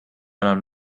enam